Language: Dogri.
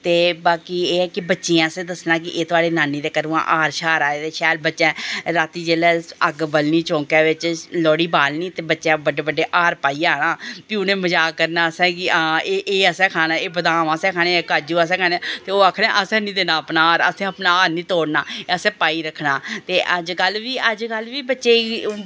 ते बाकी असैं बच्चें गी दस्सना कि एह् तुआढ़ी नानी ते घरों दा हार सार आए दे शैल बच्चैं जिसलै अग्ग बलनी चौंकै बिच्च लोह्ड़ी बालनी ते बच्चैं बड्डे बड्डे हार पाइयै आना उनेंगी मजाक करना एह् असैं खाना बदाम असैं खाना काजू असैं खने ते उनैं आखनां असैं नी देना अपना हार असैं अपना हांर नी तोड़ना ते असैं पाई रक्खना अज्ज कल बी बच्चे